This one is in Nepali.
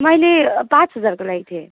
मैले पाँच हजारको लगेको थिएँ